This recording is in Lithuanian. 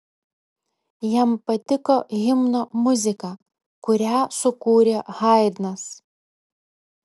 jam patiko himno muzika kurią sukūrė haidnas